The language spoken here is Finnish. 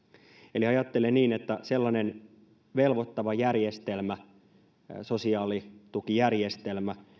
eli ajattelen niin että sellainen velvoittava sosiaalitukijärjestelmä